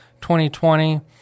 2020